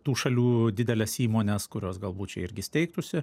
tų šalių dideles įmones kurios galbūt čia irgi steigtųsi